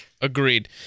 agreed